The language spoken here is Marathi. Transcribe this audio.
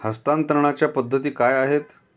हस्तांतरणाच्या पद्धती काय आहेत?